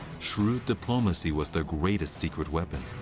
shrewd diplomacy was their greatest secret weapon.